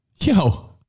Yo